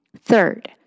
Third